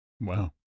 Wow